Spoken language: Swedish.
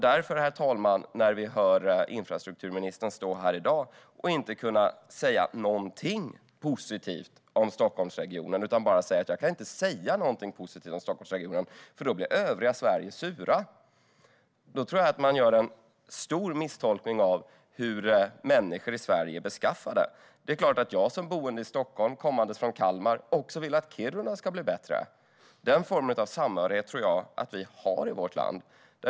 Infrastrukturministern står här i dag och kan inte säga någonting positivt om Stockholmsregionen. Hon säger bara att hon inte kan säga någonting positivt om Stockholmsregionen, för då blir de sura i övriga Sverige. Då tror jag att hon gör en stor misstolkning av hur människor i Sverige är beskaffade. Det är klart att jag som bor i Stockholm och kommer från Kalmar vill att det ska bli bättre också i Kiruna. Den samhörigheten tror jag att vi har i vårt land.